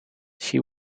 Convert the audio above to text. she